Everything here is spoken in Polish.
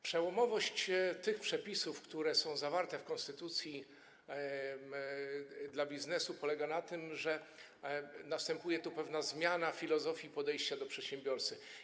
Przełomowość tych przepisów, które są zawarte w konstytucji dla biznesu, polega na tym, że następuje tu pewna zmiana filozofii podejścia do przedsiębiorcy.